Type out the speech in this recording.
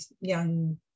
young